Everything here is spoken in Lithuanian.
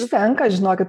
užtenka žinokit